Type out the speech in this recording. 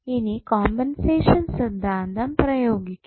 ഇനി കോമ്പൻസേഷൻ സിദ്ധാന്തം പ്രയോഗിക്കും